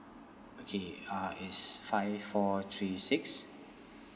okay uh it's five four three six